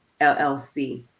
LLC